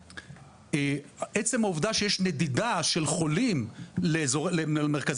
עצם העובדה שיש נדידה של חולים למרכזים